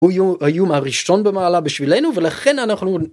היו מהראשון במעלה בשבילנו ולכן אנחנו.